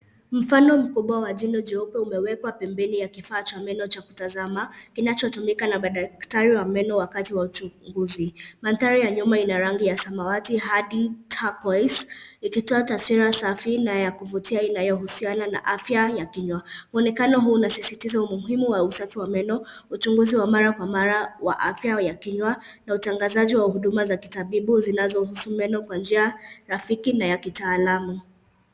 Mfano mkubwa wa jino jeupe umewekwa pembeni ya kifaa cha meno cha kutazama, kinachotumika na madaktari wa meno wakati wa uchunguzi. Mandhari ya nyuma ina rangi ya samawati, hadi, (cs)turquoise(cs). Ikitoa taswira safi na ya kuvutia inayohusiana na afya ya kinywa. Muonekano huu unasisitiza umuhimu wa usafi wa meno, uchunguzi wa mara kwa mara wa afya ya kinywa, na utangazaji wa huduma za kitabibu zinazohusu meno kwa njia rafiki na ya kitaalamu.